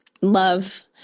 love